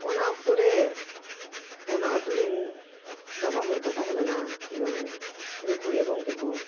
ᱚᱱᱟ ᱚᱠᱛᱚᱨᱮ ᱚᱱᱟ ᱟᱹᱛᱩᱨᱤᱱ ᱵᱟᱵᱟ ᱦᱚᱲᱠᱚ ᱛᱟᱦᱮᱸ ᱞᱮᱱᱟ ᱠᱤᱵᱟᱝ ᱜᱟᱹᱠᱷᱩᱲᱤᱭᱟᱹ ᱜᱚᱝᱠᱮ ᱠᱚ